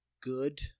good